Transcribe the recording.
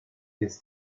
this